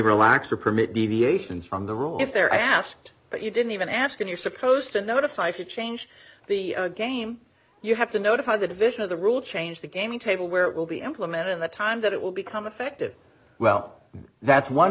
relax or permit deviations from the rule if they're asked but you didn't even ask if you're supposed to notify if you change the game you have to notify the division of the rule change the gaming table where it will be implemented in the time that it will become effective well that's one